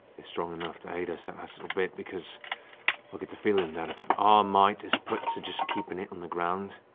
is strong enough to aid us that last little bit, because i get the feeling that if our might is put to just keeping it on the ground